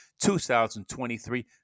2023